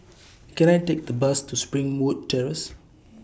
Can I Take A Bus to Springwood Terrace